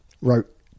wrote